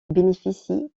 bénéficie